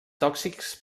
tòxics